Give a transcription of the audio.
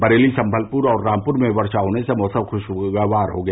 बरेली सम्मल और रामपुर में वर्षा होने से मौसम खुशगवार हो गया